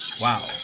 Wow